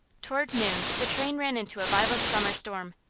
toward noon the train ran into a violent summer storm.